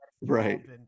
Right